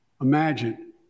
Imagine